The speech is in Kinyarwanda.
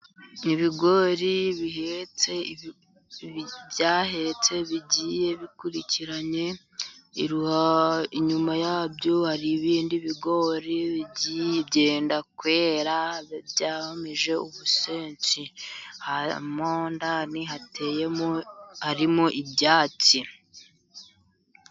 Ibigori bihetse, byahetse bigiye bikurikiranye, inyuma yabyo hari ibindi bigori byenda kwera byamejeje ubusezi. Ndani hateyemo, harimo ibyatsi.